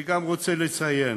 אני גם רוצה לציין: